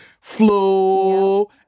flow